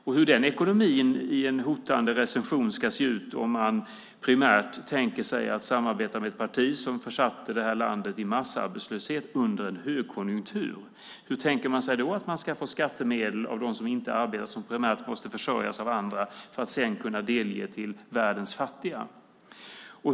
Om man i en hotande recession tänker sig att primärt samarbeta med ett parti som försatte det här landet i massarbetslöshet under en högkonjunktur, hur tänker man sig då att man ska få skattemedel av dem som inte arbetar och som måste försörjas av andra för att sedan kunna ge till världens fattiga?